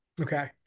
Okay